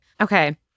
Okay